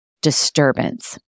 disturbance